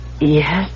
Yes